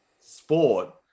sport